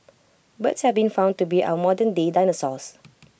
birds have been found to be our modernday dinosaurs